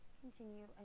continue